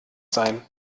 sein